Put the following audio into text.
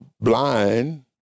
blind